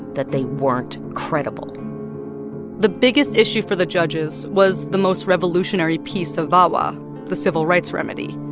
that they weren't credible the biggest issue for the judges was the most revolutionary piece of vawa the civil rights remedy,